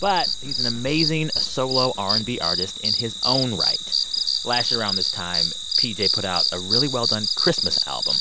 but he's an amazing solo r and b artist in his own right last year around this time, pj put out a really well-done christmas album